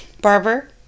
barber